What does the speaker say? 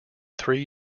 three